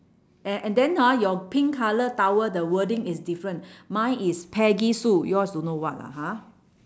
a~ and then ah your pink colour towel the wording is different mine is peggy sue yours don't know what lah ha